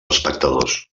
espectadors